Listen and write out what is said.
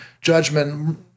judgment